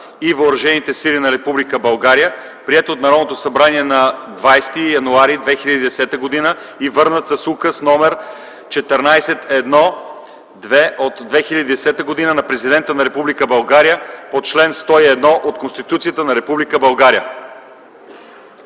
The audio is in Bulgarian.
и въоръжените сили на Република България, приет от Народното събрание на 20 януари 2010 г., и върнат с Указ № 14 от 1 февруари 2010 г. на Президента на републиката по чл. 101 от Конституцията на Република България.